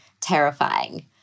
terrifying